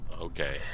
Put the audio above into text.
Okay